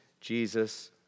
Jesus